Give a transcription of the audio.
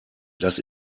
das